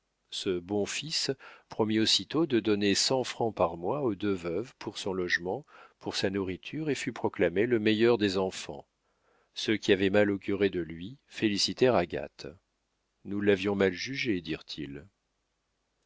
ce bon fils promit aussitôt de donner cent francs par mois aux deux veuves pour son logement pour sa nourriture et fut proclamé le meilleur des enfants ceux qui avaient mal auguré de lui félicitèrent agathe nous l'avions mal jugé dirent-ils